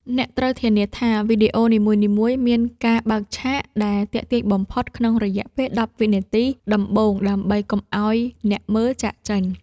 អ្នកត្រូវធានាថាវីដេអូនីមួយៗមាន ការបើកឆាក ដែលទាក់ទាញបំផុតក្នុងរយៈពេល ១០ វិនាទីដំបូងដើម្បីកុំឱ្យអ្នកមើលចាកចេញ។